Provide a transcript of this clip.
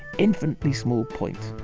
infinitely small point.